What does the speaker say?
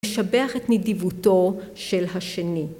לשבח את נדיבותו של השני.